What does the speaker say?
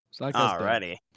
Alrighty